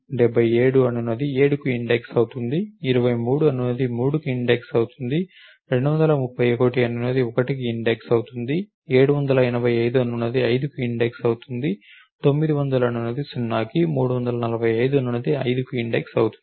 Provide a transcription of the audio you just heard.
77 అనునది 7 కి ఇండెక్స్ అవుతుంది 23 అనునది 3 కి ఇండెక్స్ అవుతుంది 231 అనునది 1 కి ఇండెక్స్ అవుతుంది 785 అనునది 5 కి ఇండెక్స్ అవుతుంది 900 అనునది 0 కి 345 అనునది 5 కి ఇండెక్స్ అవుతుంది